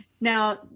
Now